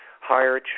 Higher